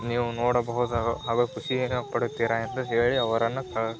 ನೀವು ನೋಡಬಹುದಾದ ಹಾಗೂ ಖುಷೀನ ಪಡುತ್ತೀರ ಎಂದು ಹೇಳಿ ಅವರನ್ನು